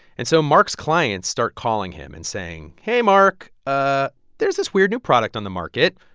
and so marc's clients start calling him and saying, hey, marc. ah there's this weird new product on the market.